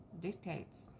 dictates